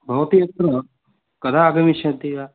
भवती अत्र कदा आगमिष्यति वा